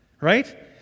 right